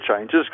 changes